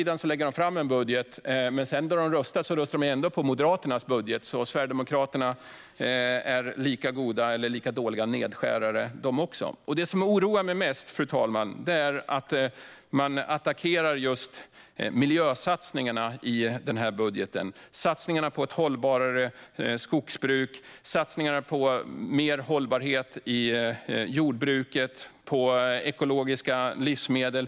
De lägger fram en egen budget, men sedan röstar de ändå på Moderaternas budget. Sverigedemokraterna är lika goda eller lika dåliga nedskärare de också. Det som oroar mig mest, fru talman, är att man attackerar just miljösatsningarna i den här budgeten, såsom satsningarna på ett hållbarare skogsbruk, mer hållbarhet i jordbruket och ekologiska livsmedel.